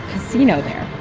casino there,